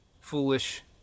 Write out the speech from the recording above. foolish